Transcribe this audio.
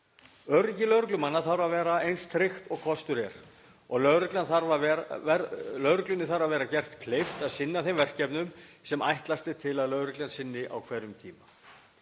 Öryggi lögreglumanna þarf að vera eins tryggt og kostur er og lögreglunni þarf að vera gert kleift að sinna þeim verkefnum sem ætlast er til að lögreglan sinni á hverjum tíma.